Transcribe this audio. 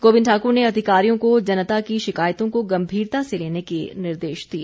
गोबिंद ठाकुर ने अधिकारियों को जनता की शिकायतों को गम्भीरता से लेने के निर्देश दिए